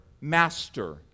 master